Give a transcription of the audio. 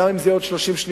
גם אם זה יהיה עוד 30 שניות,